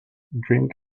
drink